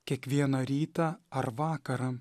kiekvieną rytą ar vakarą